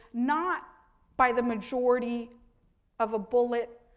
not by the majority of a bullet,